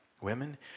women